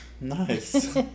Nice